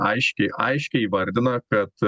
aiškiai aiškiai įvardina kad